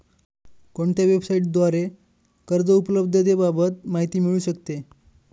कोणत्या वेबसाईटद्वारे कर्ज उपलब्धतेबाबत माहिती मिळू शकते?